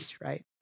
right